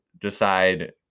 decide